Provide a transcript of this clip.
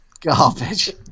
garbage